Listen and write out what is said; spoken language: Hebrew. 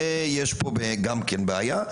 יש פה גם כן בעיה.